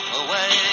away